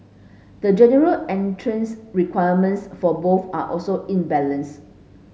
the general entrance requirements for both are also imbalanced